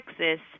texas